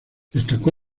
destacó